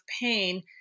pain